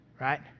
right